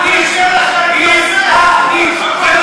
את גזענית.